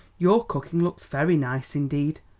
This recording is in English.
your cooking looks very nice indeed.